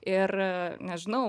ir nežinau